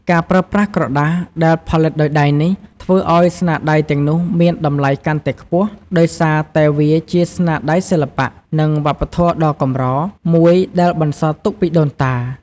ការប្រើប្រាស់ក្រដាសដែលផលិតដោយដៃនេះ ធ្វើឱ្យស្នាដៃទាំងនោះមាន តម្លៃកាន់តែខ្ពស់ ដោយសារតែវាជា ស្នាដៃសិល្បៈ និងវប្បធម៌ដ៏កម្រ មួយដែលបន្សល់ទុកពីដូនតា។